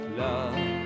love